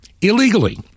Illegally